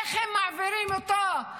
איך הם מעבירים אותו,